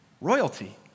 Royalty